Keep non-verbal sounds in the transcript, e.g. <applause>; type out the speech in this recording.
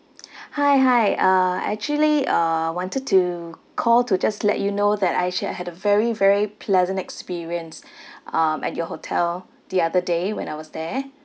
<noise> hi hi uh actually uh wanted to call to just let you know that I actually had a very very pleasant experience um at your hotel the other day when I was there